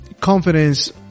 confidence